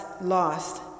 lost